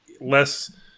less